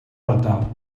ardal